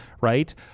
right